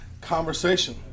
conversation